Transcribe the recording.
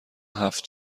هفت